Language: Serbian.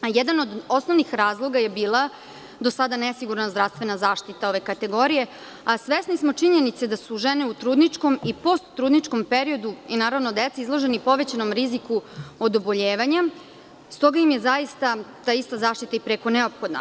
Jedan od osnovnih razloga je bila do sada nesigurna zaštitna zaštita ove kategorije, a svesni smo činjenice da su žene u trudničkom i post trudničkom periodu i naravno deca, izloženi povećanom riziku od oboljevanja s toga im je zaista ta ista zaštita preko neophodna.